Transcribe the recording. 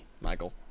Michael